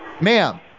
ma'am